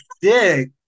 dick